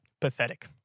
Pathetic